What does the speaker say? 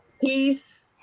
peace